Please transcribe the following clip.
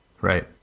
right